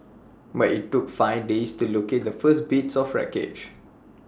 but IT took five days to locate the first bits of wreckage